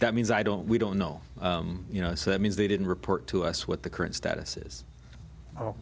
that means i don't we don't know you know so that means they didn't report to us what the current status is